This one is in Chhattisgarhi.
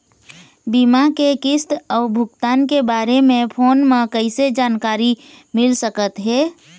बीमा के किस्त अऊ भुगतान के बारे मे फोन म कइसे जानकारी मिल सकत हे?